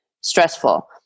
stressful